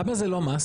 למה זה לא מס?